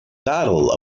battle